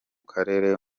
karere